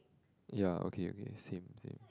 ya okay okay same same